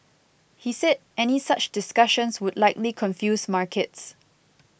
he said any such discussions would likely confuse markets